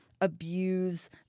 abuse